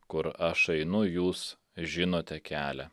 kur aš einu jūs žinote kelią